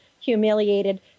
humiliated